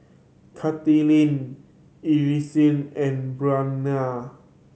Kaitlynn Elease and